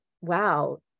wow